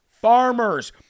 Farmers